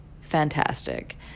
fantastic